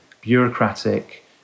bureaucratic